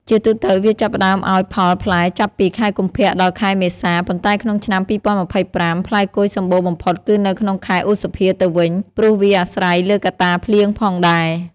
ជាទូទៅវាចាប់ផ្តើមឲ្យផលផ្លែចាប់ពី ខែកុម្ភៈទៅដល់ខែមេសា ប៉ុន្តែក្នុងឆ្នាំ២០២៥ ផ្លែគុយសម្បូរបំផុតគឺនៅក្នុងខែឧសភាទៅវិញ ព្រោះវាអាស្រ័យលើកត្តាភ្លៀងផងដែរ។